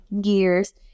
gears